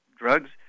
drugs